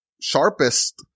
sharpest